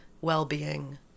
Well-being